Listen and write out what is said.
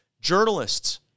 journalists